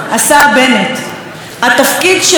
התפקיד שלו והתפקיד שהוא מילא בצוק איתן,